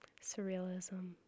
Surrealism